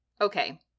Okay